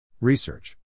Research